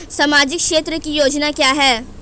सामाजिक क्षेत्र की योजना क्या है?